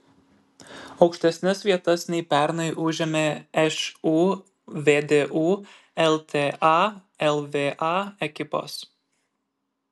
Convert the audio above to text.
aukštesnes vietas nei pernai užėmė šu vdu lta lva ekipos